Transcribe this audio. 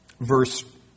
verse